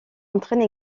entraîne